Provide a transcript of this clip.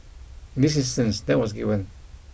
in this instance that was given